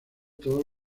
todos